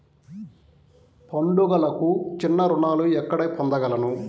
పండుగలకు చిన్న రుణాలు ఎక్కడ పొందగలను?